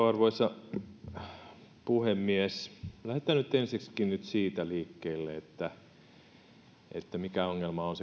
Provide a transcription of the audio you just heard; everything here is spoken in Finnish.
arvoisa puhemies lähdetään nyt ensiksikin siitä liikkeelle että mikä ongelma on